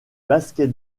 basket